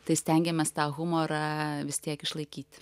tai stengiamės tą humorą vis tiek išlaikyti